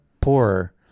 poorer